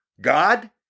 God